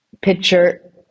picture